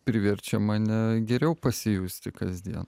priverčia mane geriau pasijusti kasdien